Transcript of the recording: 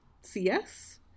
cs